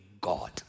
God